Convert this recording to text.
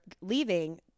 leaving